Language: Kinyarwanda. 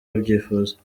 babyifuza